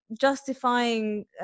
justifying